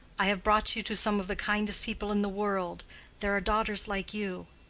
i have brought you to some of the kindest people in the world there are daughters like you.